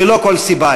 ללא כל סיבה.